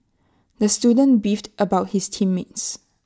the student beefed about his team mates